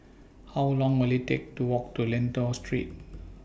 How Long Will IT Take to Walk to Lentor Street